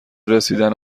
رسیدن